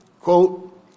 quote